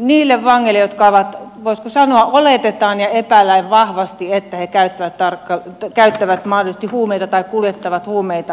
niille vangeille joista voisiko sanoa oletetaan ja epäillään vahvasti että he käyttävät mahdollisesti huumeita tai kuljettavat huumeita